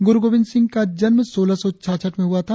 गूरु गोविंद सिंह का जन्म सोलह सौ छाछठ में हुआ था